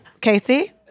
Casey